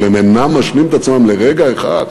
אבל הם אינם משלים את עצמם לרגע אחד